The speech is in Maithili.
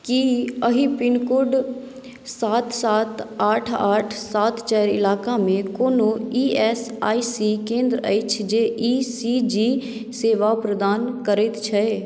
की एहि पिनकोड सात सात आठ आठ सात चारि इलाकामे कोनो ई एस आई सी केंद्र अछि जे ई सी जी सेवा सभ प्रदान करैत अछि